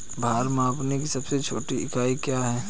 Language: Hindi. भार मापने की सबसे छोटी इकाई क्या है?